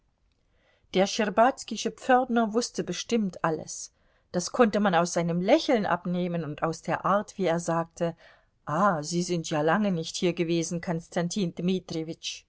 der schtscherbazkische pförtner wußte bestimmt alles das konnte man aus seinem lächeln abnehmen und aus der art wie er sagte ah sie sind ja lange nicht hier gewesen